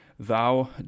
Thou